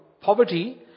poverty